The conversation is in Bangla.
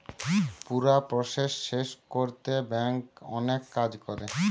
পুরা প্রসেস শেষ কোরতে ব্যাংক অনেক কাজ করে